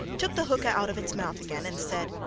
took the hookah out of its mouth again, and said,